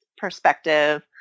perspective